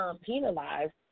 penalized